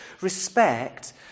respect